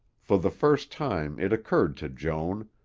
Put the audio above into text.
for the first time it occurred to joan,